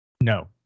no